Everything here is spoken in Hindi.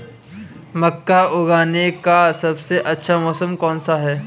मक्का उगाने का सबसे अच्छा मौसम कौनसा है?